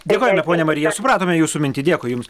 dėkojame ponia marija supratome jūsų mintį dėkui jums